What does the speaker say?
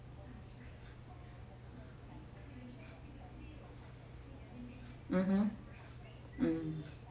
mmhmm mm